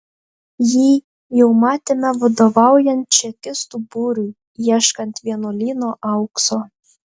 jį jau matėme vadovaujant čekistų būriui ieškant vienuolyno aukso